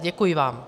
Děkuji vám.